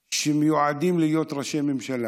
שמיועדים להיות ראשי ממשלה,